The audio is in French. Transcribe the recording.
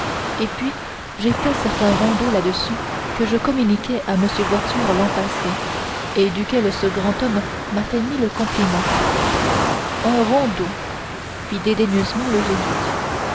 et puis j'ai fait certain rondeau là-dessus que je communiquai à m voiture l'an passé et duquel ce grand homme m'a fait mille compliments un rondeau fit dédaigneusement le jésuite